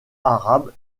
arabes